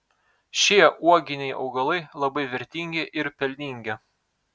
šie uoginiai augalai labai vertingi ir pelningi